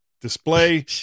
display